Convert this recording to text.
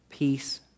peace